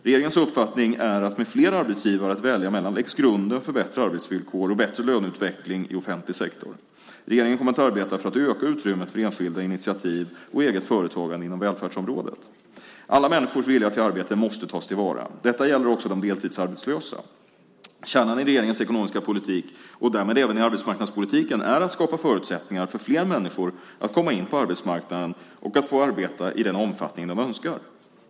Regeringens uppfattning är att med fler arbetsgivare att välja mellan läggs grunden för bättre arbetsvillkor och bättre löneutveckling i offentlig sektor. Regeringen kommer att arbeta för att öka utrymmet för enskilda initiativ och eget företagande inom välfärdsområdet. Alla människors vilja till arbete måste tas till vara. Detta gäller också de deltidsarbetslösa. Kärnan i regeringens ekonomiska politik och därmed även i arbetsmarknadspolitiken är att skapa förutsättningar för fler människor att komma in på arbetsmarknaden och att få arbeta i den omfattning de önskar.